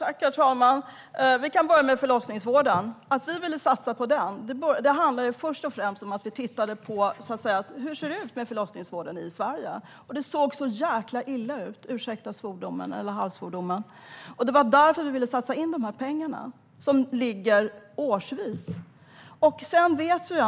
Herr talman! Vi kan börja med förlossningsvården. Att vi ville satsa på den handlar först och främst om att vi tittade på hur det såg ut med förlossningsvården i Sverige. Det såg så jäkla illa ut - ursäkta svordomen eller halvsvordomen! Det var därför vi ville satsa dessa pengar, som ligger årsvis.